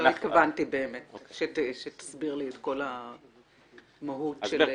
לא באמת התכוונתי שתסביר לי את כל המהות של הוצאה והכנסה.